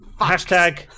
Hashtag